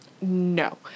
No